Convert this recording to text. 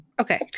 Okay